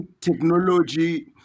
technology